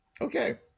Okay